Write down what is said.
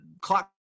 clock